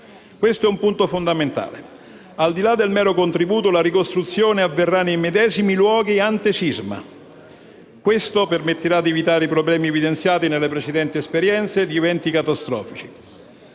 Questo è un punto fondamentale. Al di là del mero contributo, la ricostruzione avverrà nei medesimi luoghi ante sisma. Questo permetterà di evitare i problemi evidenziati nelle precedenti esperienze di eventi catastrofici.